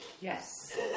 yes